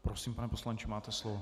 Prosím, pane poslanče, máte slovo.